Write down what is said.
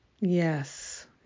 Yes